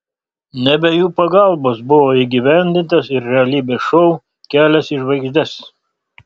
ne be jų pagalbos buvo įgyvendintas ir realybės šou kelias į žvaigždes